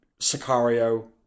Sicario